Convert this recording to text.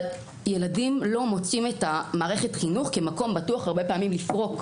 אבל ילדים לא מוצאים את מערכת החינוך כמקום בטוח לפרוק.